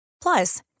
Plus